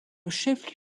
chef